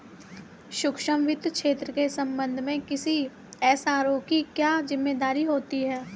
सूक्ष्म वित्त क्षेत्र के संबंध में किसी एस.आर.ओ की क्या जिम्मेदारी होती है?